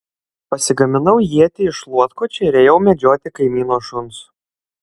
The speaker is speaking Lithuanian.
pasigaminau ietį iš šluotkočio ir ėjau medžioti kaimyno šuns